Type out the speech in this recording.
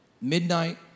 midnight